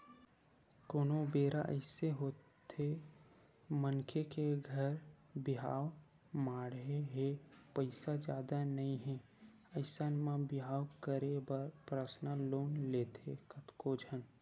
कोनो बेरा अइसे होथे मनखे के घर बिहाव माड़हे हे पइसा जादा नइ हे अइसन म बिहाव करे बर परसनल लोन लेथे कतको झन